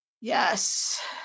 yes